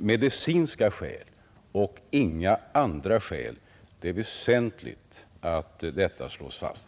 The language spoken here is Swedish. medicinska skäl och inga andra skäl. Det är väsentlig att detta slås fast.